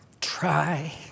try